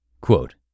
quote